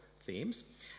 themes